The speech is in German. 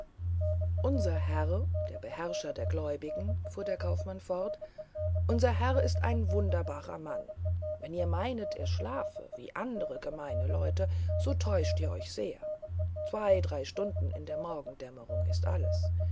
unser herr der beherrscher der gläubigen fuhr der kaufmann fort unser herr ist ein wunderbarer mann wenn ihr meinet er schlafe wie andere gemeine leute so täuschet ihr euch sehr zwei drei stunden in der morgendämmerung ist alles